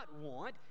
want